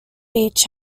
beach